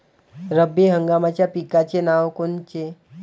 रब्बी हंगामाच्या पिकाचे नावं कोनचे?